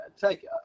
take